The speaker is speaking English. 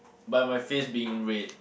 by my face being red